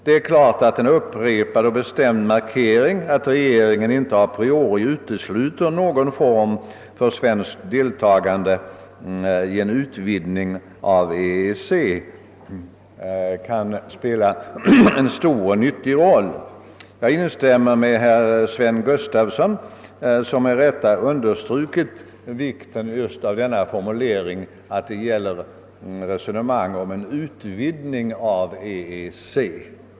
Det är klart att en upprepad och bestämd markering, att regeringen inte a priori utesluter någon form för svenskt deltagande vid en utvidgning av EEC, kan spela en stor och nyttig roll. Jag instämmer med herr Gustafson i Göteborg som med rätta understrukit vikten just av denna formulering att det gäller resonemang om en utvidgning av EEC.